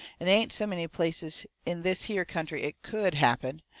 and they ain't so many places in this here country it could happen.